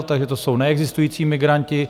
Takže to jsou neexistující migranti.